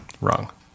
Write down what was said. wrong